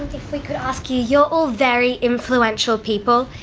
if we could ask you, you are all very influential people,